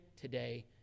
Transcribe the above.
today